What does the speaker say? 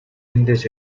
эндээс